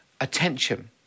attention